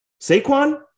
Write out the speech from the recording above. Saquon